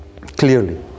clearly